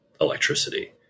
electricity